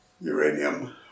uranium